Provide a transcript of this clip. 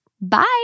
bye